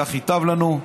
כך ייטב לנו.